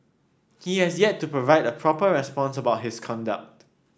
he has yet to provide a proper response about his conduct